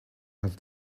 have